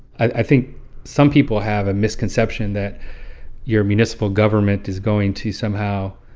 i think some people have a misconception that your municipal government is going to somehow